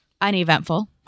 uneventful